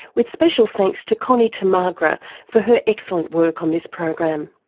with special thanks to connie tomagra for her excellent work on this program.